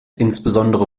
insbesondere